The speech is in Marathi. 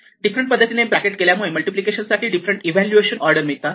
डिफरंट पद्धतीने ब्रॅकेट केल्यामुळे मल्टिप्लिकेशन साठी डिफरंट व्हॅल्युएशन ऑर्डर मिळतात